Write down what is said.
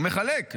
הוא מחלק.